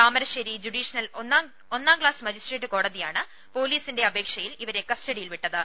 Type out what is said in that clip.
Thamarassery judicial ഒന്നാം class magistrate കോടതിയാണ് പൊലീസിന്റെ അപേക്ഷയിൽ ഇവരെ കസ്റ്റ ഡിയിൽ വിട്ടത്